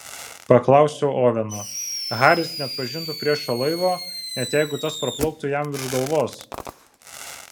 paklausiau oveno haris neatpažintų priešo laivo net jeigu tas praplauktų jam virš galvos